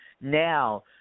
Now